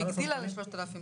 שהגדילה ל-3,500.